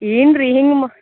ಏನು ರೀ ಹಿಂಗೆ ಮಾ